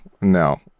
no